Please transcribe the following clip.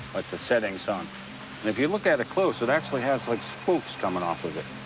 like the setting sun. and if you look at it close, it actually has, like, spokes coming off of it